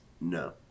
no